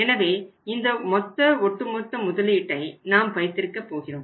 எனவே இந்த மொத்த ஒட்டு மொத்த முதலீட்டை நாம் வைத்திருக்கப் போகிறோம்